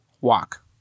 walk